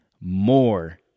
more